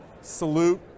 salute